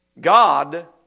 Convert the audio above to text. God